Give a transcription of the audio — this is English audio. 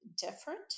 different